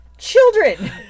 children